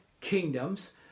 kingdoms